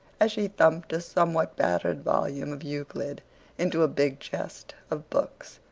as she thumped a somewhat battered volume of euclid into a big chest of books,